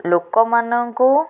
ଲୋକମାନଙ୍କୁ